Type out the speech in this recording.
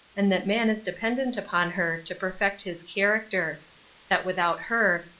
and that man is dependent upon her to perfect his character that without her,